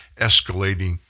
escalating